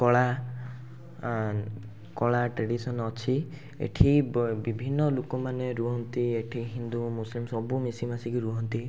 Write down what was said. କଳା ଆଁ କଳା ଟ୍ରାଡ଼ିସନ୍ ଅଛି ଏଠି ବ ବିଭିନ୍ନ ଲୋକମାନେ ରୁହନ୍ତି ଏଠି ହିନ୍ଦୁ ମୁସଲିମ ସବୁ ମିଶିମାଶିକି ରୁହନ୍ତି